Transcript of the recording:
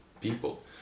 people